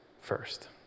first